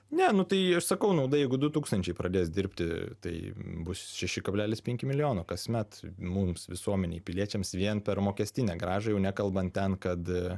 ne nu tai aš sakau nauda jeigu du tūkstančiai pradės dirbti tai bus šeši kablelis penki milijono kasmet mums visuomenei piliečiams vien per mokestinę grąžą jau nekalbant ten kad